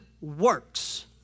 works